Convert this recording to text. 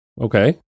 okay